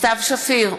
סתיו שפיר,